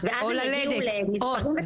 ואז הם יגיעו למספרים ותקציבים שהם לא דמיינו.